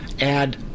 add